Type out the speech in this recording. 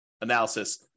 analysis